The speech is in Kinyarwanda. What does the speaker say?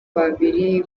babiri